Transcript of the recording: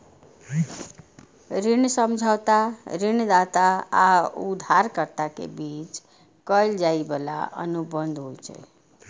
ऋण समझौता ऋणदाता आ उधारकर्ता के बीच कैल जाइ बला अनुबंध होइ छै